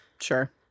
Sure